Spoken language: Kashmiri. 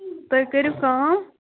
تُہۍ کٔرِو کٲم